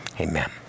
amen